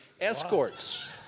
Escorts